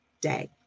day